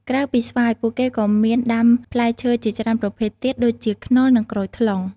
ក្រៅពីស្វាយ ពួកគេក៏មានដាំផ្លែឈើជាច្រើនប្រភេទទៀតដូចជាខ្នុរនិងក្រូចថ្លុង។